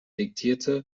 diktierte